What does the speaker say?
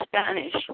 Spanish